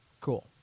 Cool